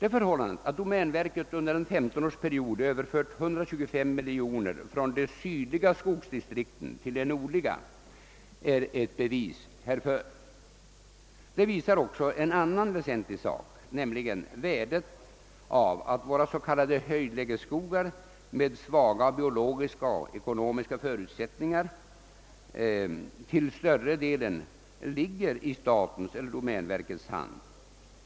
Det förhållandet att domänverket under en femtonårsperiod överfört 125 miljoner från de sydliga skogsdistrikten till de nordliga är ett bevis härpå. Detta bevisar också en annan väsentlig sak, nämligen värdet av att våra s.k. höjdlägesskogar med svaga biologiska och ekonomiska förutsättningar = till större delen ligger i statens eller domänverkets hand.